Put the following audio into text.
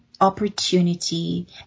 Opportunity